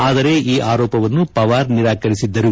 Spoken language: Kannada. ಆದರೆ ಈ ಆರೋಪವನ್ನು ಪವಾರ್ ನಿರಾಕರಿಸಿದ್ದರು